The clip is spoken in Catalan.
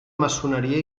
maçoneria